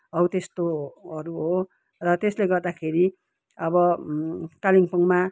हो त्यस्तोहरू हो र त्यसले गर्दाखेरि अब कालिम्पोङमा